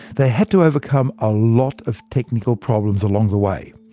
they had to overcome a lot of technical problems along the way.